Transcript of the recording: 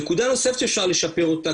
נקודה נוספת שאפשר לשפר אותה,